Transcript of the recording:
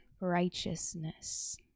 righteousness